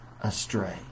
astray